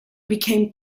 became